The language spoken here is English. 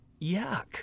yuck